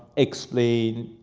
explain,